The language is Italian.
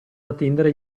attendere